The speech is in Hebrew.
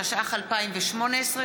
התשע"ח 2018,